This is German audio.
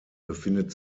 befindet